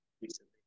recently